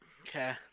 Okay